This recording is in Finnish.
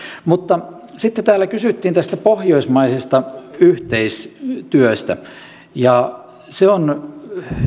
mutta sitten täällä kysyttiin tästä pohjoismaisesta yhteistyöstä se on